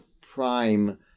prime